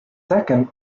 second